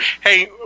Hey